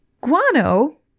Guano